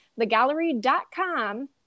thegallery.com